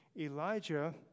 Elijah